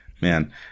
man